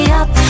up